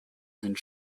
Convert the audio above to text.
sind